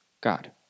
God